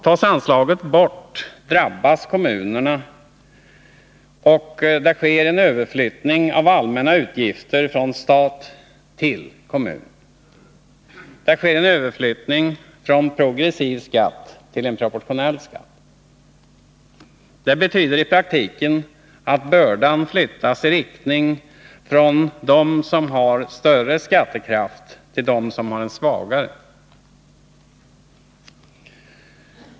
Tas anslaget bort drabbas kommunerna, och det sker en överflyttning av allmänna utgifter från stat och kommun. Det sker en överflyttning från progressiv skatt till proportionell. Det betyder i praktiken att bördan flyttas i riktning från dem som har större skattekraft till dem som har en svagare.